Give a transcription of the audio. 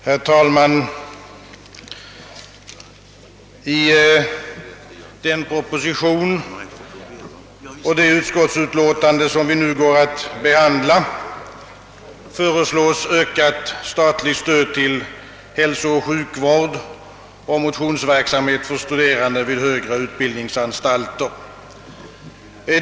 Herr talman! I den proposition och det utskottsutlåtande som vi nu går att behandla föreslås ökat statligt stöd till hälsooch sjukvård samt motionsverksamhet för studerande vid högre utbildningsanstalter.